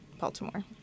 Baltimore